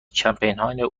کمپینهای